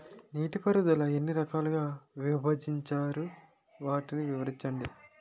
నీటిపారుదల ఎన్ని రకాలుగా విభజించారు? వాటి వివరించండి?